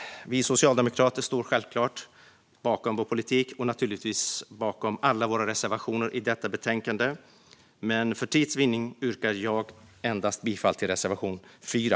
Vi socialdemokrater står självklart bakom vår politik och naturligtvis bakom alla våra reservationer i betänkandet, men för tids vinning yrkar jag bifall endast till reservation 4.